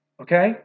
Okay